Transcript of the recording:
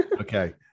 Okay